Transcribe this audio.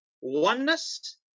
oneness